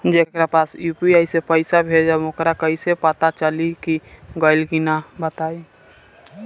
जेकरा पास यू.पी.आई से पईसा भेजब वोकरा कईसे पता चली कि गइल की ना बताई?